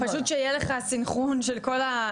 פשוט שיהיה לך סנכרון של הכול.